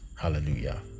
hallelujah